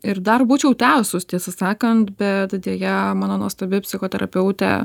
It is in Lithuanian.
ir dar būčiau tęsus tiesą sakant bet deja mano nuostabi psichoterapeutė